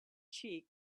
cheek